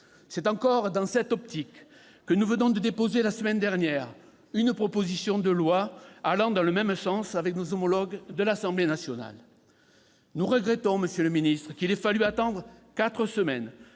C'est encore dans cette optique que nous venons de déposer, la semaine dernière, une proposition de loi allant dans le même sens avec nos homologues de l'Assemblée nationale. Monsieur le ministre, nous regrettons qu'il ait fallu attendre quatre semaines